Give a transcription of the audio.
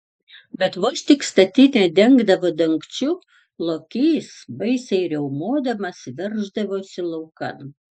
bet vos tik statinę dengdavo dangčiu lokys baisiai riaumodamas verždavosi laukan